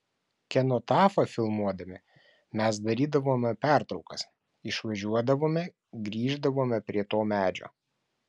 kenotafą filmuodami mes darydavome pertraukas išvažiuodavome grįždavome prie to medžio